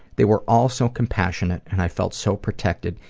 they were all so compassionate and i felt so protected,